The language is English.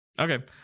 Okay